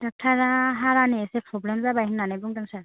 दक्ट'रआ हारानि एसे प्रब्लेम जाबाय होननानै बुंदों सार